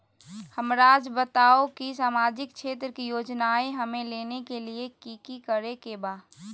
हमराज़ बताओ कि सामाजिक क्षेत्र की योजनाएं हमें लेने के लिए कि कि करे के बा?